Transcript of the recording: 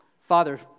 Father